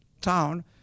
town